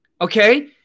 okay